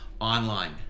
online